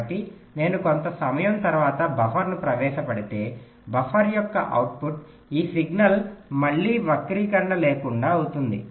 కాబట్టి నేను కొంత సమయం తరువాత బఫర్ను ప్రవేశపెడితే బఫర్ యొక్క అవుట్పుట్ ఈ సిగ్నల్ మళ్ళీ వక్రీకరణ లేకుండా అవుతుంది